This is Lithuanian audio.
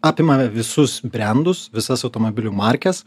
apima visus brendus visas automobilių markes